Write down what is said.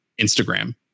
Instagram